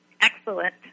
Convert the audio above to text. Excellent